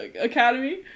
academy